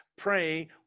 pray